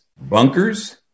bunkers